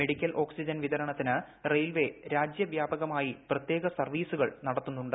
medical oxygen വിതരണത്തിന് railway രാജ്യവൃക്പ്ക്മായി പ്രത്യേക സർവ്വീസുകൾ നടത്തുന്നുണ്ട്